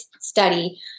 study